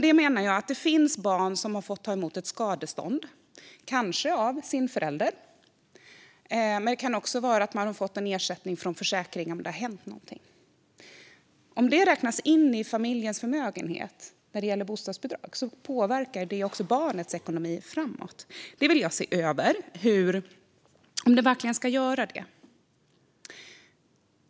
Det finns barn som har fått ta emot ett skadestånd, kanske av sin förälder, eller en ersättning från en försäkring för att det har hänt någonting. Om detta räknas in i familjens förmögenhet vid ansökan om bostadsbidrag påverkar det också barnets ekonomi i framtiden. Jag vill att man ska se över om det verkligen ska vara så.